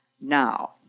now